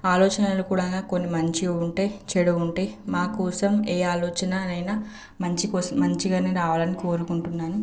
ఆలోచనలు కూడా కొన్ని మంచివి ఉంటాయి చెడు ఉంటాయి మాకోసం ఏ ఆలోచననైనా మంచికోసం మంచిగానే రావాలని కోరుకుంటున్నాను